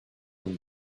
him